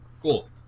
Cool